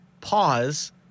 pause